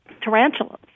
tarantulas